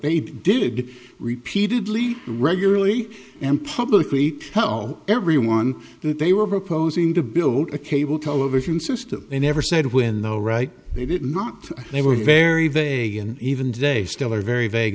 they did repeatedly regularly and publicly tell everyone that they were proposing to build a cable television system they never said when though right they did not they were very they even today still are very vague